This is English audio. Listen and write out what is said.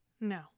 No